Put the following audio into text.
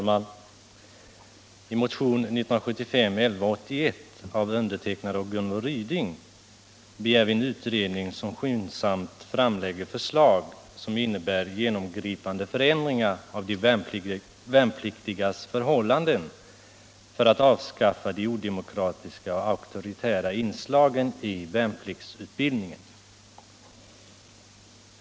Herr talman! I motionen 1181 av mig själv, Gunvor Ryding m.fl. begär vi en utredning som skyndsamt framlägger förslag till genomgripande förändringar av de värnpliktigas förhållanden för att avskaffa de odemokratiska och auktoritära inslagen i värnpliktsutbildningen.